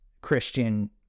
christian